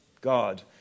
God